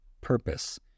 purpose